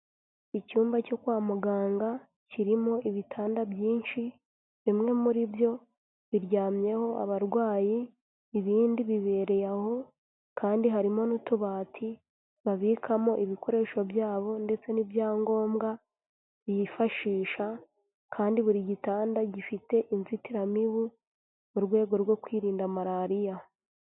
Icyumba cyo kwa muganga kirimo ibitanda byinshi, bimwe muri byo biryamyeho abarwayi, ibindi bibereye aho kandi harimo n'utubati babikamo ibikoresho byabo ndetse n'ibyangombwa bifashisha kandi buri gitanda gifite inzitiramibu mu rwego rwo kwirinda malariya.